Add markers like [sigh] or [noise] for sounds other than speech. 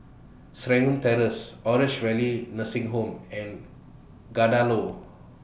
[unintelligible] Terrace Orange Valley Nursing Home and Kadaloor